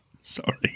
Sorry